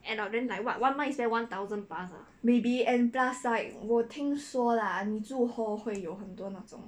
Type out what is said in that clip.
maybe and plus like 我听说 lah 你住 hall 会有很多那种